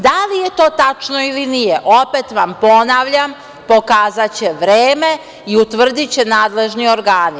Da li je to tačno ili nije, opet vam ponavljam, pokazaće vreme i utvrdiće nadležni organi.